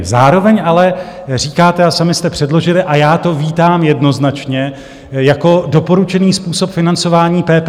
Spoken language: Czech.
Zároveň ale říkáte a sami jste předložili a já to vítám jednoznačně jako doporučený způsob financování PPP.